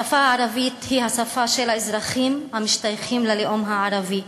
השפה הערבית היא השפה של האזרחים המשתייכים ללאום הערבי.